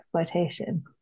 exploitation